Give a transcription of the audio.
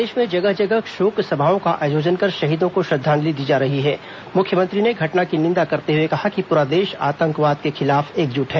प्रदेश में जगह जगह शोक सभाओं का आयोजन कर शहीदों को श्रद्वांजलि दी जा रही है मुख्यमंत्री ने घटना की निंदा करते हुए कहा कि पूरा देश आतंकवाद के खिलाफ एकजुट है